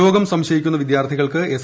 രോഗം സംശയിക്കുന്ന വിദ്യാർത്ഥികൾക്ക് എസ്